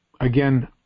again